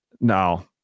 No